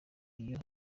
iyo